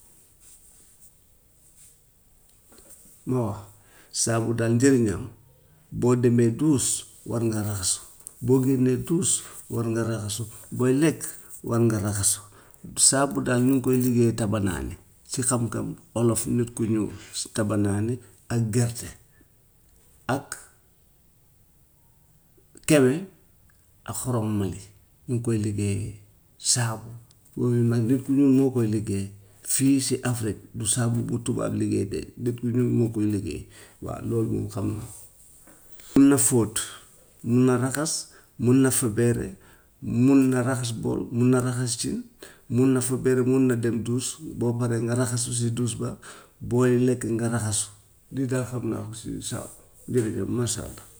waa saabu daal njëriñam, boo demee duus war ngaa raxasu, boo génnee duus war nga raxasu, booy lekk war nga raxasu. Saabu daal ñu ngi koy liggéeyee tabanaane si xam-xam olof nit ku ñuul si tabanaane ak gerte ak kewe ak xoromu mali, ñu ngi koy liggéeyee saabu, yooyu nag nit ku ñuul moo koy liggéeyee. Fii nii si afrique du saabu bu tubaab liggéey de nit ku ñuul moo koy liggéey, waa loolu moom xam naa ko. Mun na fóot, mun na raxas, mun na fobeere, mun na raxas bool, mun na raxas cin, mun na fobeere, mun na dem duus, boo paree nga raxasu si duus ba, booy lekk nga raxasu, loolu daal xam naa ko si saabu, njëriñam masha allah.